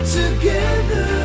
together